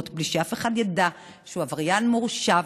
בלי שאף אחד ידע שהוא עבריין מורשע,